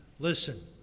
Listen